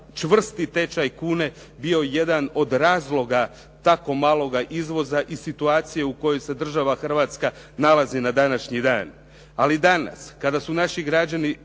čvrsti tečaj kune bio jedan od razloga tako maloga izvoza i situacije u kojoj se država Hrvatska nalazi na današnji dan. Ali danas kada su naši građani